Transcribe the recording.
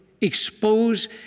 Expose